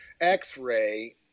x-ray